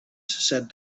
said